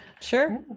sure